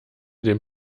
dem